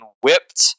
whipped